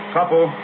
Couple